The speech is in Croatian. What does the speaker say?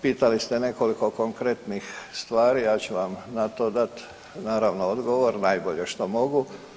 Pitali ste nekoliko konkretnih stvari, ja ću vam na to dat naravno odgovor najbolje što mogu.